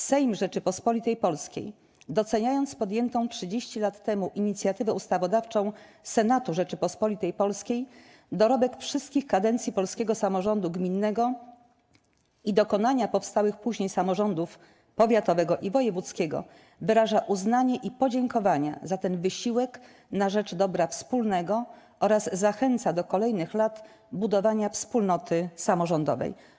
Sejm Rzeczypospolitej Polskiej, doceniając podjętą 30 lat temu inicjatywę ustawodawczą Senatu Rzeczypospolitej Polskiej, dorobek wszystkich kadencji polskiego samorządu gminnego i dokonania powstałych później samorządów powiatowego i wojewódzkiego, wyraża uznanie i podziękowania za ten wysiłek na rzecz dobra wspólnego oraz zachęca do kolejnych lat budowania wspólnoty samorządowej”